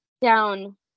down